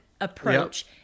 approach